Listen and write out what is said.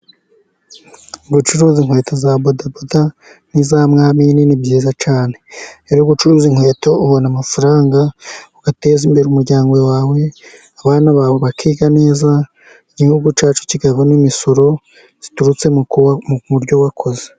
Gucuruza inkweto za bodaboda n' iza mwamini ni byiza cyane, rero gucuruza inkweto ubona amafaranga ugateza imbere umuryango wawe, abana bawe bakiga neza, igihugu cyacu kikabona n' imisoro ziturutse muryo wakoze.